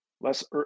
less